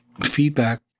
feedback